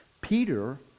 Peter